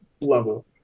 level